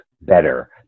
better